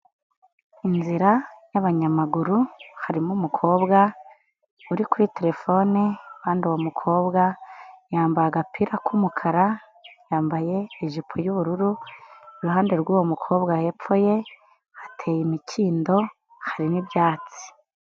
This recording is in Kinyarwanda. Inzira y'abanyamaguru harimo umukobwa uri kuri terefone kandi uwo mukobwa yambaye agapira k'umukara, yambaye ijipo y'ubururu, iruhande rw'uwo mukobwa hepfo ye hateye imikindo hari n'ibyatsi.